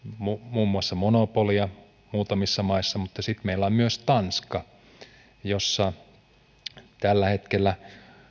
muun muassa monopolia muutamissa maissa mutta sitten meillä on myös tanska missä tällä hetkellä